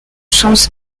sens